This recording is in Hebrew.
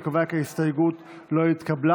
אני קובע כי ההסתייגות לא התקבלה.